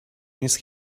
نیست